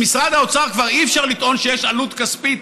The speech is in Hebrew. במשרד האוצר כבר אי-אפשר לטעון שיש עלות כספית,